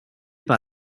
par